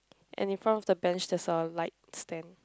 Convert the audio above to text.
and in front of the bench there's a light stand